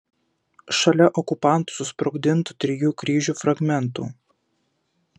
šalia okupantų susprogdintų trijų kryžių fragmentų